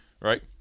right